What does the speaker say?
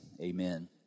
Amen